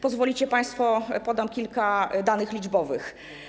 Pozwolicie państwo, że podam kilka danych liczbowych.